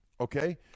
okay